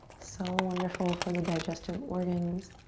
so wonderful for the digestive organs.